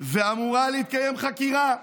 ואמורה להתקיים חקירה.